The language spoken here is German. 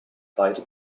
beide